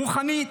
רוחנית,